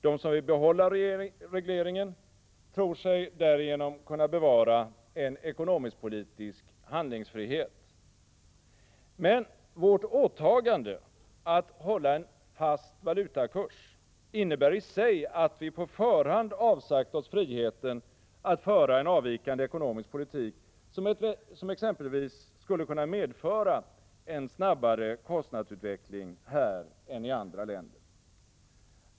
De som vill behålla regleringen tror sig därigenom kunna bevara en ekonomisk-politisk handlingsfrihet. Men vårt åtagande att hålla en fast valutakurs innebär i sig att vi på förhand avsagt oss friheten att föra en avvikande ekonomisk politik, som exempelvis skulle kunna medföra en snabbare kostnadsutveckling här än i andra länder.